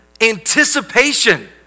anticipation